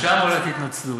ושם אולי תתנצלו.